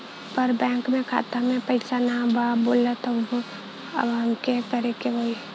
पर बैंक मे खाता मे पयीसा ना बा बोलत हउँव तब हमके का करे के होहीं?